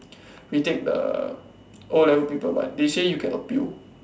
retake the o-level paper but they say you can appeal